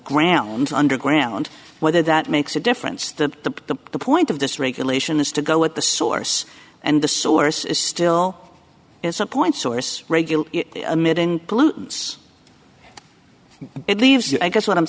ground underground whether that makes a difference to the point of this regulation is to go at the source and the source is still is a point source regular amid in pollutants it leaves you i guess what i'm